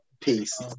Peace